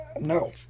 No